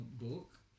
book